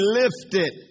lifted